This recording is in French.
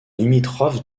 limitrophe